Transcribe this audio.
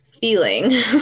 feeling